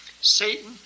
Satan